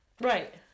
Right